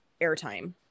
airtime